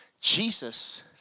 Jesus